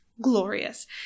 glorious